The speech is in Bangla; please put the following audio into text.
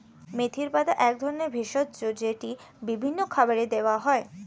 মেথির পাতা এক ধরনের ভেষজ যেটা বিভিন্ন খাবারে দেওয়া হয়